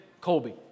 Colby